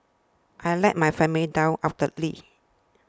I let my family down utterly